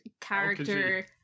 character